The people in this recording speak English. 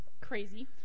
Crazy